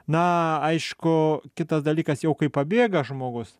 na aišku kitas dalykas jau kai pabėga žmogus